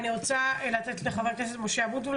אני רוצה לתת לחבר הכנסת משה אבוטבול.